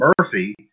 Murphy